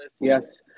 yes